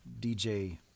DJ